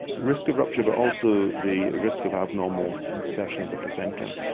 risk of rupture, but also the risk of abnormal insertion of the placenta,